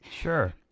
Sure